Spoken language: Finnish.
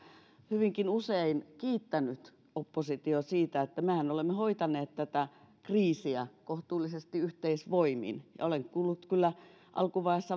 hyvinkin usein kiittänyt oppositiota siitä että mehän olemme hoitaneet tätä kriisiä kohtuullisesti yhteisvoimin ja kyllä